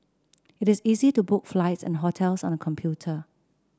it is easy to book flights and hotels on the computer